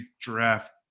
draft